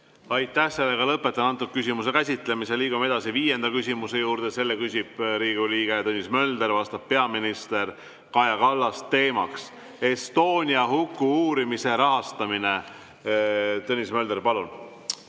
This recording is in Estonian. Aitäh! Lõpetan selle küsimuse käsitlemise. Liigume edasi viienda küsimuse juurde. Selle küsib Riigikogu liige Tõnis Mölder, vastab peaminister Kaja Kallas ja teema on Estonia huku uurimise rahastamine. Tõnis Mölder, palun!